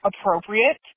appropriate